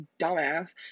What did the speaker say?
dumbass